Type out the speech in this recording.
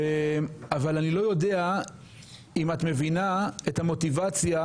אבל אני לא יודע אם את מבינה את המוטיבציה,